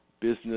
business